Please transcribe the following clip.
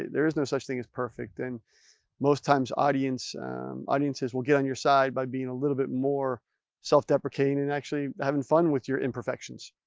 there is no such thing as perfect and most times audiences audiences will get on your side by being a little bit more self-deprecating and actually having fun with your imperfections.